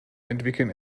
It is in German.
entwickeln